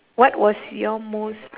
what was your most